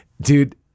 dude